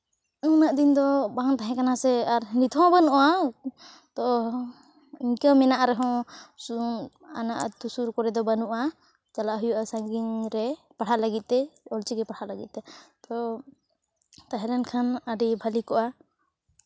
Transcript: ᱩᱱᱟᱹᱜ ᱫᱤᱱ ᱫᱚ ᱵᱟᱝ ᱛᱟᱦᱮᱸ ᱠᱟᱱᱟ ᱥᱮ ᱟᱨ ᱱᱤᱛᱦᱚᱸ ᱵᱟᱹᱱᱩᱜᱼᱟ ᱛᱳ ᱤᱱᱠᱟᱹ ᱢᱮᱱᱟᱜ ᱨᱮᱦᱚᱸ ᱚᱱᱟ ᱟᱹᱛᱩ ᱥᱩᱨ ᱠᱚᱨᱮ ᱫᱚ ᱵᱟᱹᱱᱩᱜᱼᱟ ᱪᱟᱞᱟᱜ ᱦᱩᱭᱩᱜᱼᱟ ᱥᱟᱺᱜᱤᱧ ᱨᱮ ᱯᱟᱲᱦᱟᱜ ᱞᱟᱹᱜᱤᱫ ᱛᱮ ᱚᱞᱪᱤᱠᱤ ᱯᱟᱲᱦᱟᱜ ᱞᱟᱹᱜᱤᱫ ᱛᱮ ᱛᱳ ᱛᱟᱦᱮᱸ ᱞᱮᱱᱠᱷᱟᱱ ᱟᱹᱰᱤ ᱵᱷᱟᱹᱞᱤ ᱠᱚᱜᱼᱟ